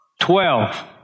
Twelve